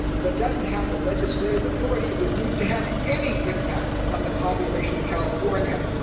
but doesn't have the legislative authority would need to have any impact on the population of california.